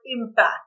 impact